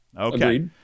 okay